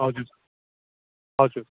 हजुर हजुर